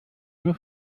nur